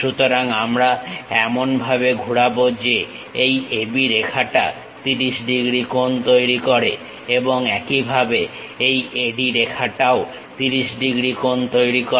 সুতরাং আমরা এমনভাবে ঘুরাবো যে এই AB রেখাটা 30 ডিগ্রী কোণ তৈরি করে এবং একইভাবে এই AD রেখাটাও 30 ডিগ্রী কোণ তৈরি করে